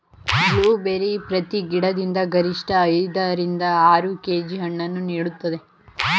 blueberry ಪ್ರತಿ ಗಿಡದಿಂದ ಗರಿಷ್ಠ ಐದ ರಿಂದ ಆರು ಕೆ.ಜಿ ಹಣ್ಣನ್ನು ನೀಡುತ್ತದೆ